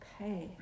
Okay